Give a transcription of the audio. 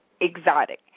exotic